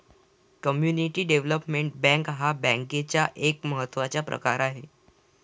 community development bank हा बँकेचा एक महत्त्वाचा प्रकार आहे